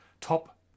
top